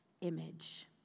image